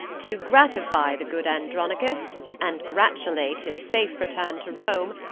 to gratify the good andronicus, and gratulate his safe return to rome,